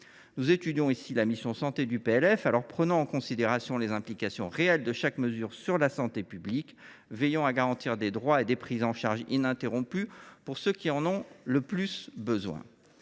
de l’examen de la mission « Santé » de ce PLF, prenons en considération les implications réelles de chaque mesure sur la santé publique et veillons à garantir des droits et des prises en charge ininterrompus pour ceux qui en ont le plus besoin,